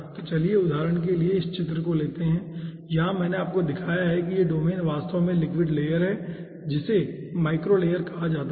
तो चलिए उदाहरण के लिए इस चित्र को लेते हैं यहां मैंने आपको दिखाया है कि यह डोमेन वास्तव में लिक्विड लेयर है जिसे माइक्रो लेयर कहा जाता है